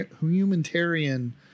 humanitarian